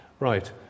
Right